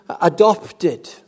adopted